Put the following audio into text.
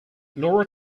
laura